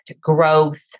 growth